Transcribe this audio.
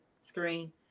screen